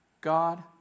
God